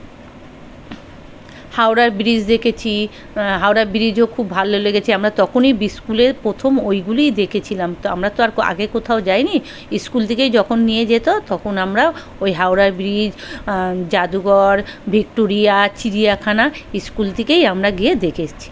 হাওড়ার ব্রিজ দেখেছি হাওড়া ব্রিজও খুব ভালো লেগেছে আমরা তখনই বি স্কুলের প্রথম ওইগুলিই দেখেছিলাম তো আমরা তো আর কো আগে কোথাও যাই নি স্কুল থেকেই যখন নিয়ে যেত তখন আমরা ওই হাওড়ার ব্রিজ জাদুঘর ভিক্টোরিয়া চিড়িয়াখানা স্কুল থেকেই আমরা গিয়ে দেখেছি